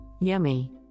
Yummy